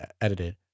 edited